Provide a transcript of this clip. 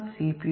CPP main